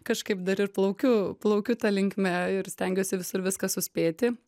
kažkaip dar ir plaukiu plaukiu ta linkme ir stengiuosi visur viską suspėti